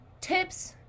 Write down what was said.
tips